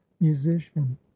musician